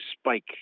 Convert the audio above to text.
spike